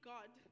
God